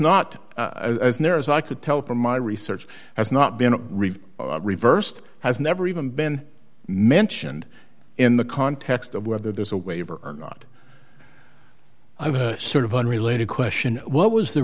not as near as i could tell from my research has not been reversed has never even been mentioned in the context of whether there's a waiver or not sort of unrelated question what was the